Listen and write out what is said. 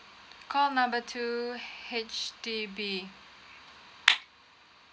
call number two H_D_B